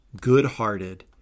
good-hearted